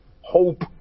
hope